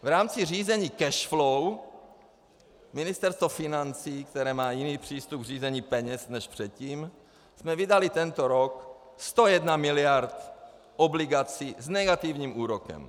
V rámci řízení cash flow Ministerstvo financí, které má jiný přístup k řízení peněz než předtím, jsme vydali tento rok 101 miliard obligací s negativním úrokem.